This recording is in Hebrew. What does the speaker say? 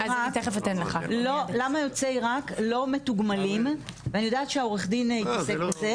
לא מתוגמלים ואני יודעת שעורך הדין התעסק בזה,